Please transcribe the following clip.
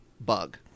Bug